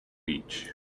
beach